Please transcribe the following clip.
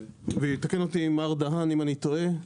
ויתקן אותי מר דהן אם אני טועה.